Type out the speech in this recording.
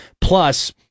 Plus